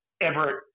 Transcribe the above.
Everett